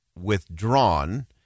withdrawn